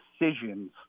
decisions